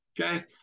Okay